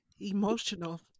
emotional